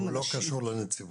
שהוא לא קשור לנציבות.